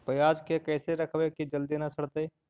पयाज के कैसे रखबै कि जल्दी न सड़तै?